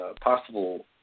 possible